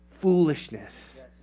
foolishness